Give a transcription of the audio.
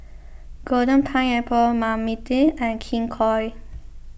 Golden Pineapple Marmite and King Koil